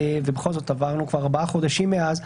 ובכל זאת עברנו כבר ארבעה חודשים מאז,